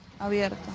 Abierto